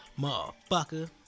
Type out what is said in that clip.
Motherfucker